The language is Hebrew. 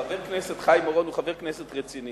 חבר הכנסת חיים אורון הוא חבר כנסת רציני.